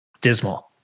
dismal